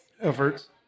Efforts